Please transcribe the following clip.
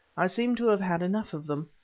i seemed to have had enough of them.